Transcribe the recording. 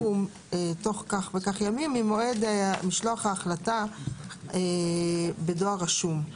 יהיה תוך כך וכך ימים ממועד משלוח ההחלטה בדואר רשום.